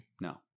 No